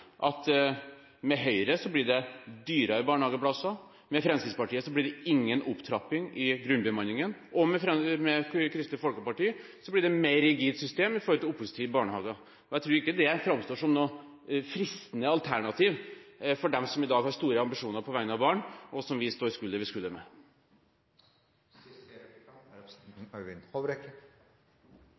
grunnbemanningen, og med Kristelig Folkeparti blir det et mer rigid system med hensyn til åpningstider i barnehager. Jeg tror ikke dette framstår som fristende alternativ for dem som i dag har store ambisjoner på vegne av barn, og som vi står skulder ved skulder med. Jeg skulle gjerne ha utfordret representanten til å utdype det siste, men det skal jeg ikke bruke tid på. Representanten